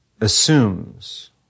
assumes